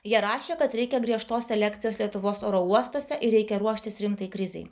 jie rašė kad reikia griežtos selekcijos lietuvos oro uostuose ir reikia ruoštis rimtai krizei